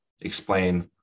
explain